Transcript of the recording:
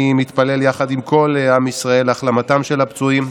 אני מתפלל יחד עם כל עם ישראל להחלמתם של הפצועים,